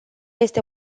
este